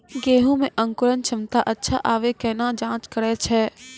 गेहूँ मे अंकुरन क्षमता अच्छा आबे केना जाँच करैय छै?